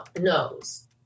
knows